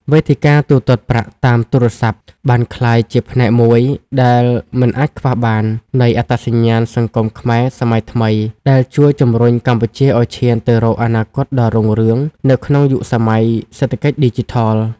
វេទិកាទូទាត់ប្រាក់តាមទូរស័ព្ទបានក្លាយជាផ្នែកមួយដែលមិនអាចខ្វះបាននៃអត្តសញ្ញាណសង្គមខ្មែរសម័យថ្មី ដែលជួយជម្រុញកម្ពុជាឱ្យឈានទៅរកអនាគតដ៏រុងរឿងនៅក្នុងយុគសម័យសេដ្ឋកិច្ចឌីជីថល។